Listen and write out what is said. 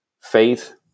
faith